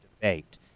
debate